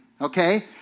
Okay